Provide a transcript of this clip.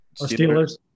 Steelers